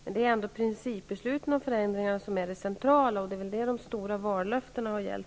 Det är ändå principbesluten om förändringar som är det centrala och det som de stora vallöftena har gällt.